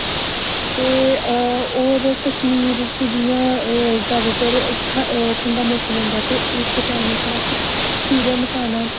ते और कश्मीर च जियां जैदातर ठण्डा मौसम होंदा ते उस टैम उप्पर अस फिरन पाना